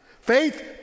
Faith